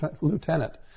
lieutenant